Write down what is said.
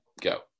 go